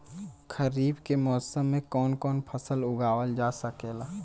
खरीफ के मौसम मे कवन कवन फसल उगावल जा सकेला?